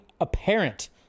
apparent